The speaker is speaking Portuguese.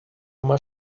uma